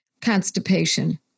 constipation